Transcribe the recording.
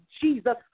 jesus